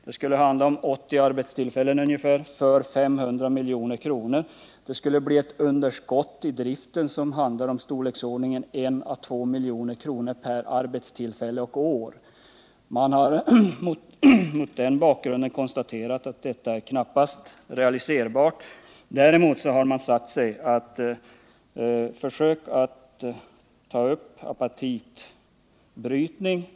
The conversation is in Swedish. Det skulle handla om ungefär 80 arbetstillfällen för 500 milj.kr. Och det skulle bli ett underskott i driften i storleksordningen 1 å 2 milj.kr. per arbetstillfälle och år. Man har mot den bakgrunden konstaterat att förslaget knappast är realiserbart. Däremot har man sagt att man skall försöka ta upp apatitbrytning.